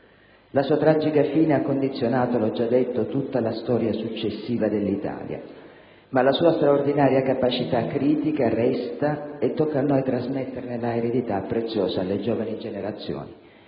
La sua tragica fine ha condizionato - l'ho già detto - tutta la storia successiva dell'Italia, ma la sua straordinaria capacità critica resta e tocca a noi trasmetterne l'eredità preziosa alle giovani generazioni